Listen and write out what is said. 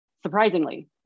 surprisingly